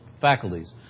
faculties